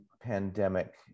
pandemic